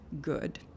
good